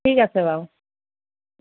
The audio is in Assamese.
ঠিক আছে বাৰু